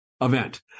event